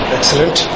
Excellent